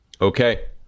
Okay